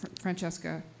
Francesca